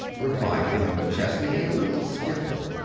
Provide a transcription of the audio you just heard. replied emma mcchesney, a little stiffly.